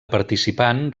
participant